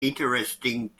interesting